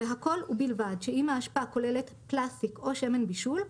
והכול ובלבד שאם האשפה כוללת פלסטיק או שמן בישול,